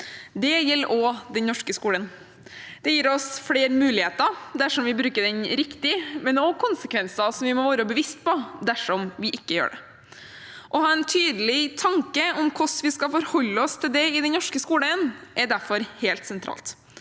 Det gjelder også den norske skolen. Det gir oss flere muligheter dersom vi bruker den riktig, men også konsekvenser vi må være bevisst på dersom vi ikke gjør det. Å ha en tydelig tanke om hvordan vi skal forholde oss til det i den norske skolen, er derfor helt sentralt.